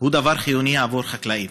הוא דבר חיוני עבור חקלאים.